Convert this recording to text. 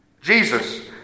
Jesus